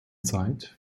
zeit